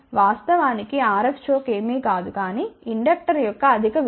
వాస్తవానికి RF choke ఏమీ కాదు కానీ ఇండక్టర్ యొక్క అధిక విలువ